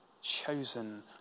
chosen